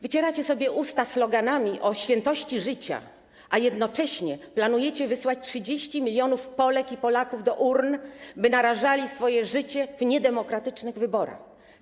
Wycieracie sobie usta sloganami o świętości życia, a jednocześnie planujecie wysłać 30 mln Polek i Polaków do urn, by narażali swoje życie w niedemokratycznych wyborach.